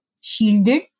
shielded